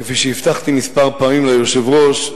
כפי שהבטחתי כמה פעמים ליושב-ראש,